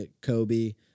Kobe